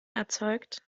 erzeugt